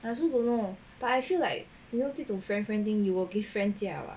I also don't know but I feel like you know 这种 friend friend thing you will give friend 价 [what]